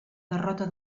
derrota